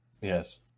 yes